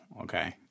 okay